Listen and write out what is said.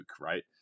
right